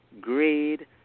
grade